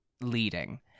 leading